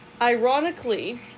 ironically